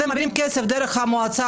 אתם מעבירים כסף דרך המועצה.